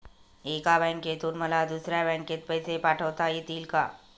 एका बँकेतून मला दुसऱ्या बँकेत पैसे पाठवता येतील का?